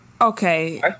okay